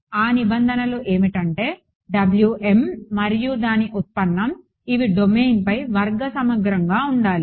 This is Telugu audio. ఆ నిబంధనలు ఏమిటంటే మరియు దాని ఉత్పన్నం ఇవి డొమైన్పై వర్గ సమగ్రంగా ఉండాలి